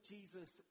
Jesus